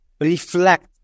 reflect